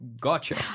Gotcha